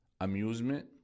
amusement